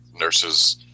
nurses